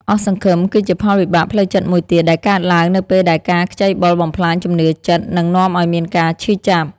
អស់សង្ឃឹម គឺជាផលវិបាកផ្លូវចិត្តមួយទៀត ដែលកើតឡើងនៅពេលដែលការខ្ចីបុលបំផ្លាញជំនឿចិត្ត និងនាំឲ្យមានការឈឺចាប់។